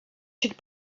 should